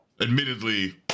admittedly